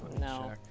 No